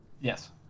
Yes